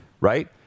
right